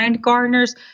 gardeners